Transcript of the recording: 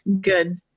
good